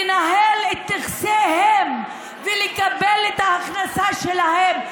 לנהל את נכסיהם ולקבל את ההכנסה שלהם,